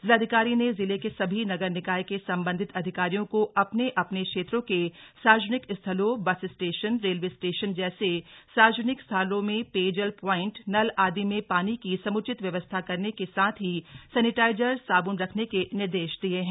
जिलाधिकारी ने जिले के सभी नगर निकाय के संबंधित अधिकारियों को अपने अपने क्षेत्रों के सार्वजनिक स्थलों बस स्टेशन रेलवे स्टेशन जैसे सार्वजनिक स्थानों में पेयजल प्वांइट नल आदि में पानी की समुचित व्यवस्था करने के साथ ही सैनेटाइजर साबुन रखने के निर्देश दिये हैं